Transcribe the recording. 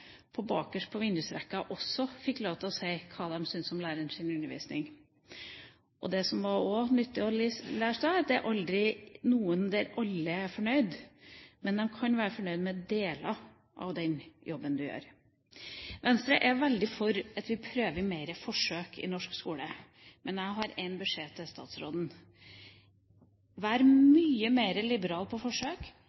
på vindusrekken fikk også lov til å si hva de syntes om lærerens undervisning. Det som også var nyttig å lære av dette, er at det aldri er slik at alle er fornøyd, men de kan være fornøyd med deler av den jobben du gjør. Venstre er veldig for at vi prøver mer forsøk i norsk skole, men jeg har én beskjed til statsråden: